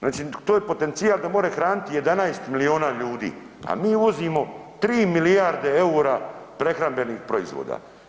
Znači to je potencijal da može hraniti 11 milijuna ljudi, a mi uvozimo 3 milijarde eura prehrambenih proizvoda.